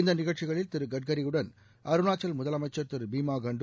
இந்த நிகழ்ச்சிகளில் திரு கட்கரியுடன் அருணாச்சல் முதலமைச்சா் திரு பீமா காண்டு